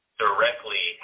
directly